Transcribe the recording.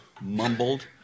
mumbled